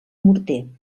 morter